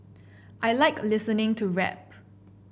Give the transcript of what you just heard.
I like listening to rap